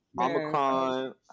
Omicron